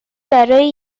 برای